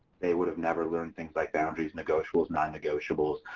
they would have never learned things like boundaries, negotiations, non-negotiables.